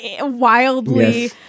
wildly